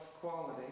quality